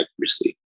accuracy